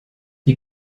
die